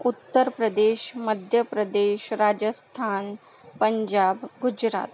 Uttar Pradesh Madhyapradesh Rajasthan Punjab Gujarat